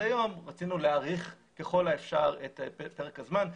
היום רצינו להאריך ככל האפשר את פרק הזמן.